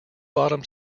bottom